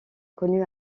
connu